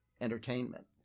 entertainment